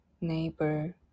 neighbor